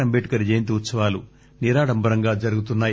అంటేద్కర్ జయంతి ఉత్సవాలు నిరాడంబరంగా జరుగుతున్నాయి